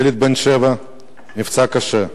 ילד בן שבע נפצע קשה,